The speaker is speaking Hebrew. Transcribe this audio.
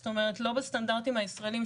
זאת אומרת לא בסטנדרטים הישראלים,